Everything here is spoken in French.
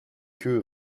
queue